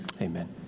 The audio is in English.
Amen